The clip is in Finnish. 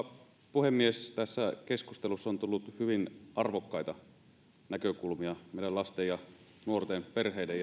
puhemies tässä keskustelussa on tullut hyvin arvokkaita näkökulmia meidän lasten ja nuorten perheiden